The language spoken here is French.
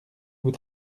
vous